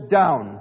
down